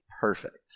Perfect